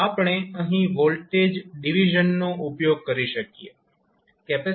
આપણે અહીં voltage division નો ઉપયોગ કરી શકીએ